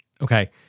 Okay